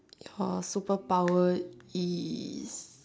your superpower is